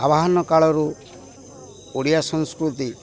ଆବାହାନ କାଳରୁ ଓଡ଼ିଆ ସଂସ୍କୃତି